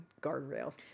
guardrails